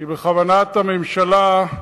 כי בכוונת הממשלה,